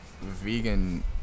vegan